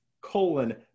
colon